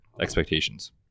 expectations